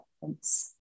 Thanks